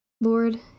Lord